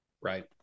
Right